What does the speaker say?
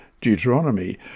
Deuteronomy